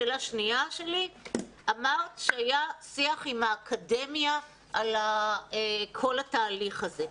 שאלה שנייה: אמרת שהיה שיח עם האקדמיה על כל התהליך הזה.